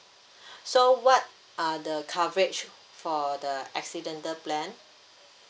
so what are the coverage for the accidental plan